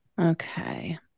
Okay